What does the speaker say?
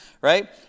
right